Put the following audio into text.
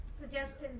Suggestions